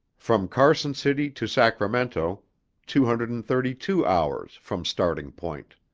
from carson city to sacramento two hundred and thirty two hours, from starting point.